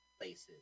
places